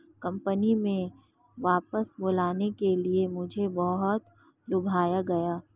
company में वापस बुलाने के लिए मुझे बहुत लुभाया गया